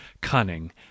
cunning